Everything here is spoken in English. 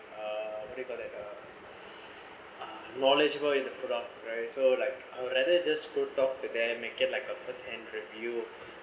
uh what do you call that uh knowledgeable with the product right so like I would rather just go talk to them and may get like a firsthand review